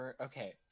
Okay